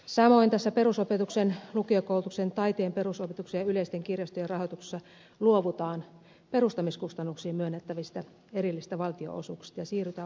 samoin tässä perusopetuksen lukiokoulutuksen taiteen perusopetuksen ja yleisten kirjastojen rahoituksessa luovutaan perustamiskustannuksiin myönnettävistä erillisistä valtionosuuksista ja siirrytään valtionavustusjärjestelmään